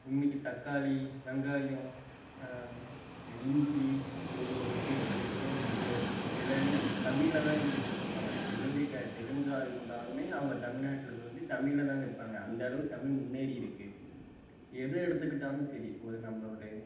இன்னிக்கி தக்காளி வெங்காயம் இஞ்சி இவ்வளோருக்கு இத்தனை கிலோ இவ்வளோ விலைன்னு தமிழில் தான் எழுதி போட்டிருப்பாங்க தெலுங்கு க தெலுங்காக இருந்தாலுமே அவங்க தமிழ்நாட்டுக்கு வந்து தமிழில் தான் விற்பாங்க அந்தளவுக்கு தமிழ் முன்னேறி இருக்குது எதை எடுத்துக்கிட்டாலும் சரி ஒரு நம்ம ஒரு